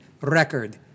record